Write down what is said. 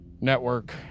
network